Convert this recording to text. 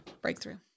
Breakthrough